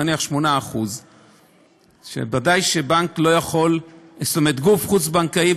נניח 8%. ודאי שגוף חוץ-בנקאי,